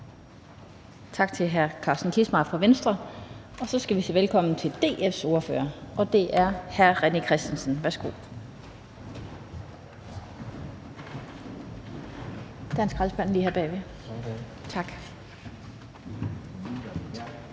Tak til hr. Carsten Kissmeyer fra Venstre. Så skal vi sige velkommen til DF's ordfører, og det er hr. René Christensen. Værsgo. Kl. 12:55 (Ordfører) René